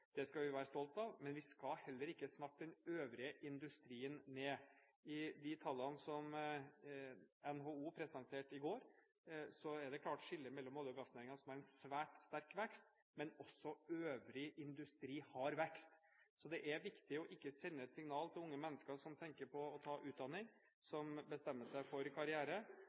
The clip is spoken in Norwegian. Det skal vi være stolte av. Men vi skal heller ikke snakke den øvrige industri ned. I de tallene som NHO presenterte i går, er det et klart skille mellom olje- og gassnæringen, som har en svært sterk vekst, og øvrig industri. Men også øvrig industri har vekst. Så det er viktig ikke å sende et signal til unge mennesker som tenker på å ta utdanning og bestemmer seg for karriere,